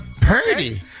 Purdy